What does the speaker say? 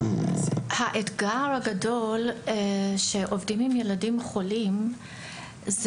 האתגר הגדול כשעובדים עם ילדים חולים הוא